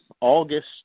August